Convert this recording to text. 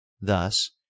thus